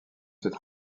cette